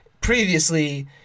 previously